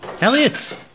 Elliot